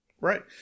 Right